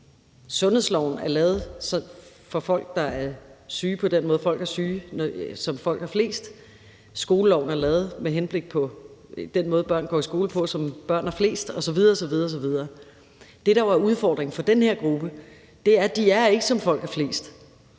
Sundhedsloven er lavet for folk, der er syge på den måde, folk er syge på, som folk er flest. Skoleloven er lavet med henblik på den måde, børn går i skole på, som børn er flest osv. osv. Det, der jo er udfordringen for den her gruppe, er, at de ikke er, som folk er flest.